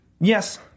Yes